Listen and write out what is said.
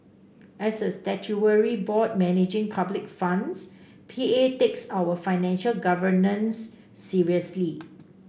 as a statutory board managing public funds P A takes our financial governance seriously